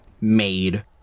made